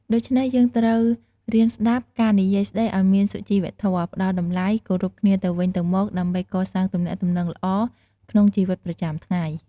ដូច្នេះយើងត្រូវរៀនស្តាប់ ការនិយាយស្តីឲ្យមានសុជីវធម៌ ផ្តល់តម្លៃ គោរពគ្នាទៅវិញទៅមកដើម្បីកសាងទំនាក់ទំនងល្អក្នុងជីវិតប្រចាំថ្ងៃ។